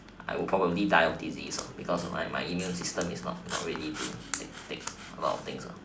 I would probably die of disease lor because of my my immune system is not not ready to take take a lot of things ah